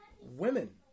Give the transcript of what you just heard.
women